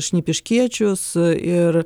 šnipiškiečius ir